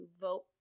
vote